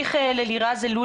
אלול,